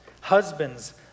husbands